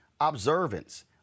observance